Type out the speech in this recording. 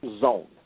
zone